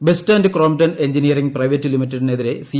bus and Crompton engineering private ലിമിറ്റഡിനെതിരെ C